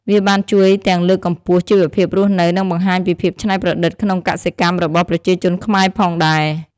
វាបានជួយទាំងលើកកម្ពស់ជីវភាពរស់នៅ និងបង្ហាញពីភាពច្នៃប្រឌិតក្នុងកសិកម្មរបស់ប្រជាជនខ្មែរផងដែរ។